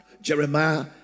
Jeremiah